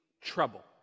trouble